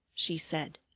she said.